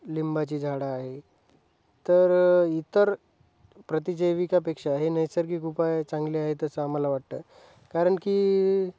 लिंबाची झाडं आहे तर इतर प्रतिजैविकापेक्षा हे नैसर्गिक उपाय चांगले आहेत असं आम्हाला वाटतं कारण की